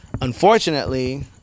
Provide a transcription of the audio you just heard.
unfortunately